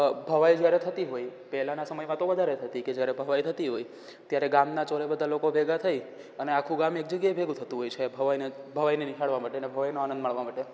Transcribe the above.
ભવાઈ જ્યારે થતી હોય પહેલાંના સમયમાં તો વધારે થતી કે જ્યારે ભવાઈ થતી હોય ત્યારે ગામના ચોરે બધા ભેગા થઈ અને આખું ગામ એક જગ્યાએ ભેગું થતું હોય છે એમ ભવાઈના ભવાઈને નિહાળવા માટે ને ભવાઈનો આનંદ માણવા માટે